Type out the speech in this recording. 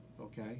okay